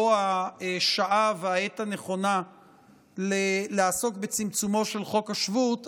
השעה והעת הנכונה לעסוק בצמצומו של חוק השבות,